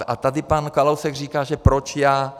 A tady pan Kalousek říká, že proč já.